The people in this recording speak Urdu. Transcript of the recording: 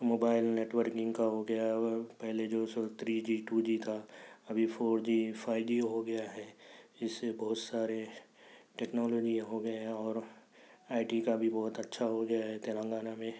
موبائل نیٹ ورکنگ کا ہوگیا اور پہلے جو سو تھری جی ٹو جی تھا ابھی فور جی فائیو جی ہوگیا ہے اِس سے بہت سارے ٹیکنالوجی ہوگئے ہیں اور آئی ٹی کا بھی بہت اچھا ہوگیا ہے تلنگانہ میں